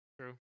True